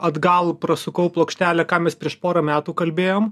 atgal prasukau plokštelę ką mes prieš porą metų kalbėjom